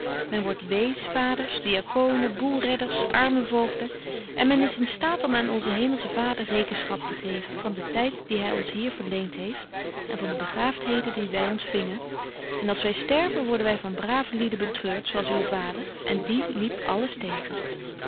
men wordt wees vaders diaconen boêlredders arme voogden en men is in staat om aan onzen hemelschen vader rekenschap te geven van den tyd dien hy ons hier verleent heeft en van de begaaftheden die wy ontfingen en als wy sterven worden wy van brave lieden betreurt zo als uw vader en dien liep alles tegen